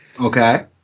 Okay